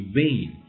vain